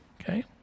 Okay